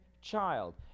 child